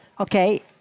Okay